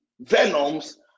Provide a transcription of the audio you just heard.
venoms